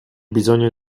bisogno